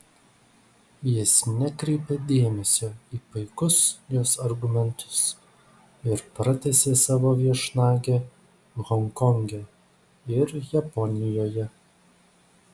jis nekreipė dėmesio į paikus jos argumentus ir pratęsė savo viešnagę honkonge ir japonijoje